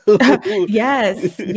Yes